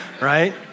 right